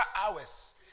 hours